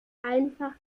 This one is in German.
einfach